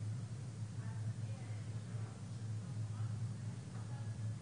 שהייתה צריכה לרדת ולא